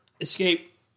escape